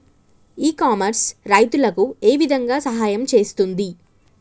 ఇ commerce రైతులకు ఏ విధంగా సహాయం చేస్తుంది?